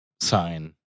sign